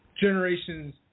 generations